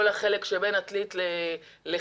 כל החלק שבין עתלית לחיפה,